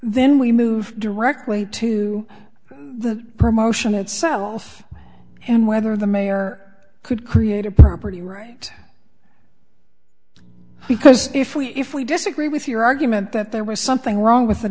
then we move directly to the promotion itself and whether the mayor could create a property right because if we if we disagree with your argument that there was something wrong